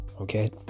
Okay